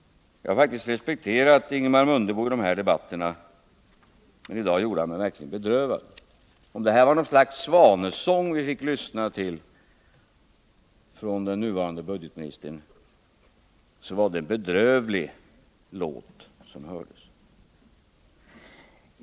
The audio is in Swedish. Jag har faktiskt respekterat Ingemar Mundebo i finansdebatterna, men i dag gjorde han mig verkligen bedrövad. Om det var något slags svanesång som vi fick lyssna till från den nuvarande budgetministern, var det en bedrövlig låt som hördes.